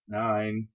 nine